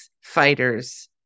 fighters